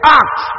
act